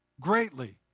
greatly